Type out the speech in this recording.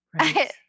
Right